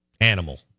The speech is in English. animal